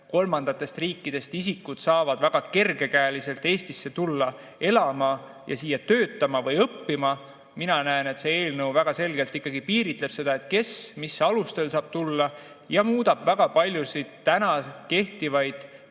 kolmandatest riikidest isikud saavad väga kergekäeliselt Eestisse tulla elama ja siia töötama või õppima. Mina näen, et see eelnõu väga selgelt ikkagi piiritleb seda, kes ja mis alustel saab siia tulla, ning muudab väga paljusid täna kehtivaid